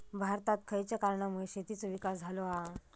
भारतात खयच्या कारणांमुळे शेतीचो विकास झालो हा?